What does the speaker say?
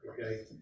okay